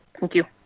thank you.